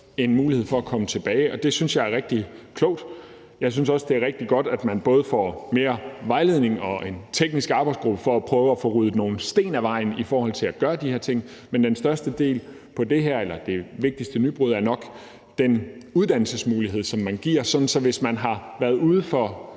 en mulighed for at komme tilbage, og det synes jeg er rigtig klogt. Jeg synes også, det er rigtig godt, at man både får mere vejledning og får en teknisk arbejdsgruppe for at prøve at få ryddet nogle sten af vejen i forhold til at gøre nogle af de her ting. Men det vigtigste nybrud i det her er nok den uddannelsesmulighed, som man giver, sådan at hvis man har været ude for